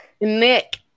Nick